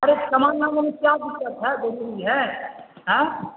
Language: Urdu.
ارے سامان کیا دکت ہے ضروری ہے آئیں